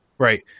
Right